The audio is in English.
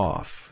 Off